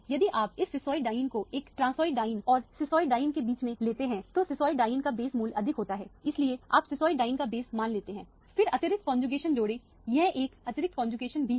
यदि आप इस सिसोइड डायन को एक ट्रांसोसिड डायन और सिसॉइड डायन के बीच में लेते हैं तो सिसॉइड डाइन का बेस मूल्य अधिक होता है इसलिए आप सिसॉइड डायन का बेस मान लेते हैं फिर अतिरिक्त कौनजुकेशन जोड़ें यह एक अतिरिक्त कौनजुकेशन है यह एक अतिरिक्त कौनजुकेशन भी है